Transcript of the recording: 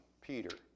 Peter